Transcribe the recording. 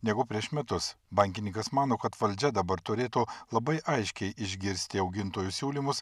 negu prieš metus bankininkas mano kad valdžia dabar turėtų labai aiškiai išgirsti augintojų siūlymus